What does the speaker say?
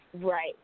Right